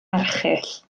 erchyll